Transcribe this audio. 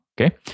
okay